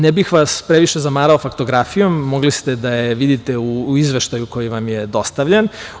Ne bih vas previše zamarao faktografijom, mogli ste da je vidite u izveštaju koji vam je dostavljen.